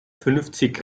fünfzig